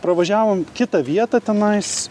pravažiavom kitą vietą tenais